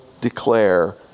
declare